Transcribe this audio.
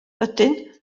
ydyn